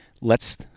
lets